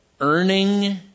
earning